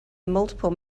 multiple